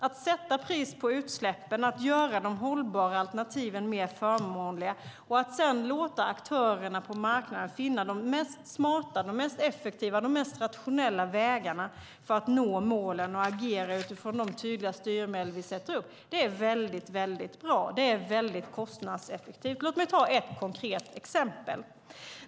Att sätta pris på utsläppen, att göra de hållbara alternativen förmånligare och att sedan låta aktörerna på marknaden finna de smartaste, effektivaste och rationellaste vägarna för att nå målen och agera utifrån de tydliga styrmedel vi sätter upp är väldigt bra och kostnadseffektivt. Låt mig ta ett konkret exempel!